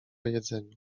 jedzeniu